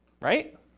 right